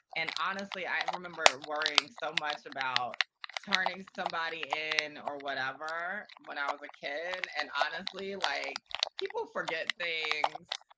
and honestly, i remember worrying so much about turning somebody in or whatever when i was a kid. and honestly, like people forget things.